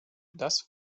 das